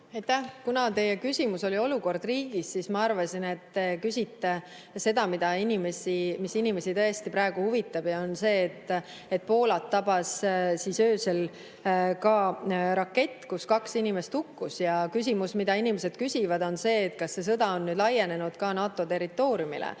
Kuna teie küsimus oli "Olukord riigis", siis ma arvasin, et te küsite seda, mis inimesi tõesti praegu huvitab: see on see, et Poolat tabas öösel rakett, kus kaks inimest hukkus, ja küsimus, mida inimesed küsivad, on see, et kas see sõda on laienenud ka NATO territooriumile.